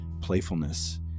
playfulness